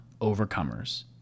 overcomers